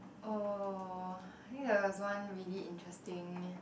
oh ya is one really interesting